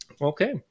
Okay